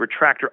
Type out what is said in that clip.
retractor